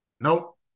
nope